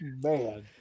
man